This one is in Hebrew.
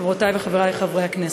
חברותי וחברי חברי הכנסת,